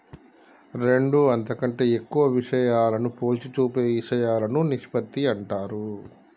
రెండు అంతకంటే ఎక్కువ విషయాలను పోల్చి చూపే ఇషయాలను నిష్పత్తి అంటారు